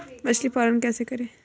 मछली पालन कैसे करें?